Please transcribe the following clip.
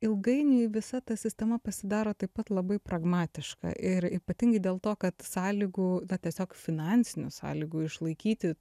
ilgainiui visa ta sistema pasidaro taip pat labai pragmatiška ir ypatingai dėl to kad sąlygų na tiesiog finansinių sąlygų išlaikyti